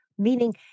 Meaning